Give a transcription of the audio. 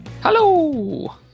Hello